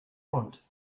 want